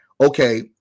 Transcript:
Okay